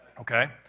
okay